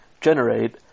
generate